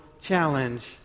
challenge